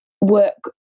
work